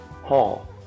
Hall